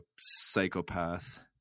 psychopath